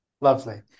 Lovely